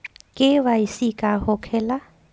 KYC का होखेला?